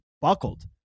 buckled